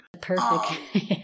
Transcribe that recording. Perfect